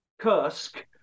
Kursk